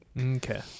okay